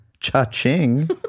Cha-ching